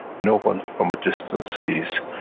no one from a distance sees,